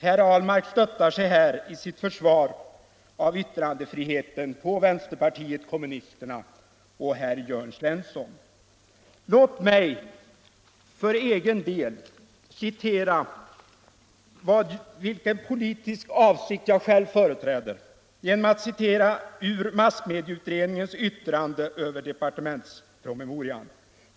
Herr Ahlmark stöttar sig i sitt försvar av yttrandefriheten på vänsterpartiet kommunisterna och herr Jörn Svensson. Låt mig ange vilken politisk avsikt jag själv företräder genom att citera ur massmedieutredningens yttrande över departementspromemorian.